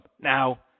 now